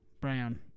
Brown